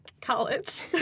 college